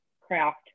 craft